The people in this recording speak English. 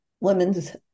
women's